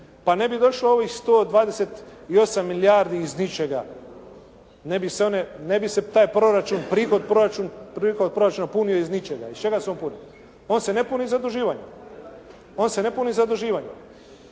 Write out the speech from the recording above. Pa ne bi došlo ovih 128 milijardi iz ničega. Ne bi se taj prihod proračun punio iz ničega. Iz čega se on puni? On se ne puni zaduživanjem. On se ne puni zaduživanjem.